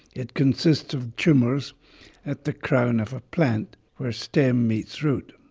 it consists of tumours at the crown of a plant where stem meets root.